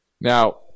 Now